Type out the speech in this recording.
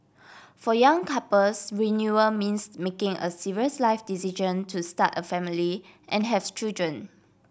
for young couples renewal means making a serious life decision to start a family and have children